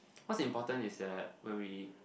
what's important is that when we